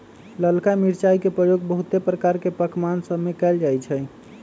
ललका मिरचाई के प्रयोग बहुते प्रकार के पकमान सभमें कएल जाइ छइ